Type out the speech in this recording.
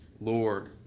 Lord